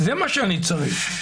זה מה שאני צריך.